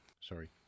Sorry